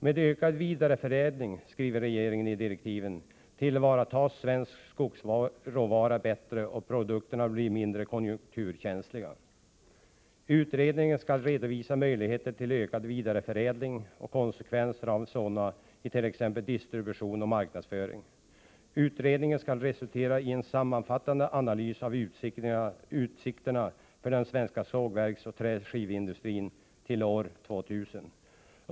Med ökad vidareförädling, skriver regeringen i direktiven, tillvaratas svensk skogsråvara bättre och produkterna blir mindre konjunkturkänsliga. Utredningen skall redovisa möjligheter till ökad vidareförädling och konsekvenser av en sådan it.ex. distribution och marknadsföring. Utredningen skall resultera i en sammanfattande analys av utsikterna för den svenska sågverksoch träskiveindustrin till år 2000.